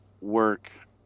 work